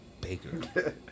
Baker